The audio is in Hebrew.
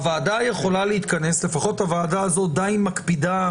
הוועדה יכולה להתכנס לפחות הוועדה הזאת די מקפידה,